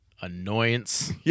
annoyance